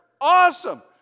awesome